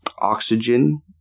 oxygen